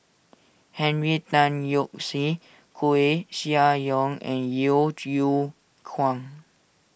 Henry Tan Yoke See Koeh Sia Yong and Yeo Yeow Kwang